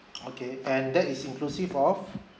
okay and that is inclusive of